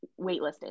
waitlisted